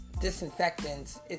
disinfectants